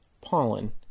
pollen